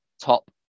Top